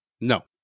no